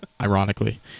Ironically